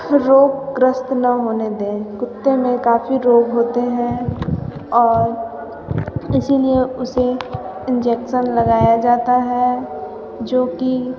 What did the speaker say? रोगग्रस्त न होने दें कुत्ते में काफ़ी रोग होते हैं और इसलिए उसे इंजेक्शन लगाया जाता है जो कि